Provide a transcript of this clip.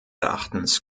erachtens